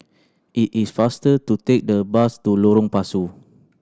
it is faster to take the bus to Lorong Pasu